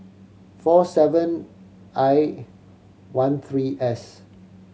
four seven I one three S